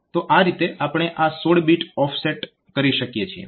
તો આ રીતે આપણે આ 16 બીટ ઓફસેટ કરી શકીએ છીએ